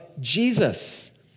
Jesus